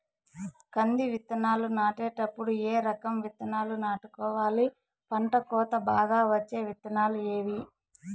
కంది విత్తనాలు నాటేటప్పుడు ఏ రకం విత్తనాలు నాటుకోవాలి, పంట కోత బాగా వచ్చే విత్తనాలు ఏవీ?